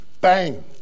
bang